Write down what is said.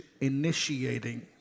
initiating